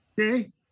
okay